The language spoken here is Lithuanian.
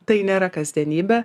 tai nėra kasdienybė